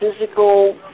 physical